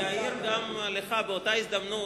אעיר גם לך באותה הזדמנות,